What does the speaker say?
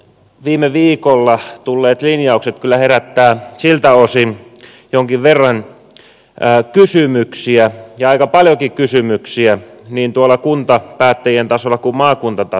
viime viikolla tulleet linjaukset kyllä herättävät siltä osin jonkin verran kysymyksiä ja aika paljonkin kysymyksiä niin tuolla kuntapäättäjien tasolla kuin maakuntatasolla